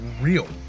real